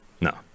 No